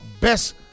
best